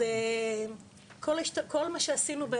שעשינו,